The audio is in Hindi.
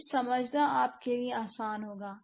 यह समझना आपके लिए आसान होगा